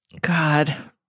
God